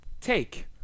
Take